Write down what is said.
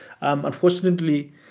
Unfortunately